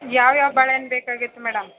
ಯಾವ ಯಾವ ಬಾಳೆಹಣ್ಣು ಬೇಕಾಗಿತ್ತು ಮೇಡಮ್